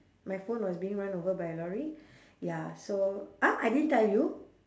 my phone was being run over by a lorry ya so !huh! I didn't tell you